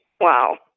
wow